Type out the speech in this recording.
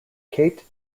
kate